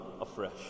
afresh